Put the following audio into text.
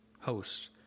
Host